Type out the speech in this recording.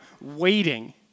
waiting